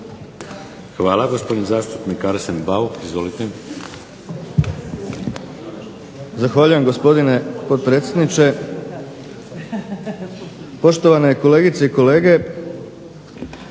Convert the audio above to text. Hvala. Gospodin zastupnik Arsen BAuk. Izvolite.